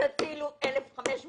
תצילו 1,500 ילדים.